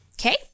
Okay